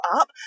up